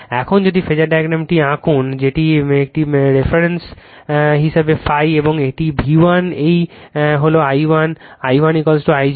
এখন যদি ফেজার ডায়াগ্রামটি আঁকুন যেটি একটি রেফারেন্স হিসাবে ∅ এবং এটি V1 এই হল I1 I1 I0 I2